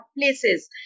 places